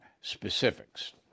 specifics